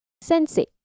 sensei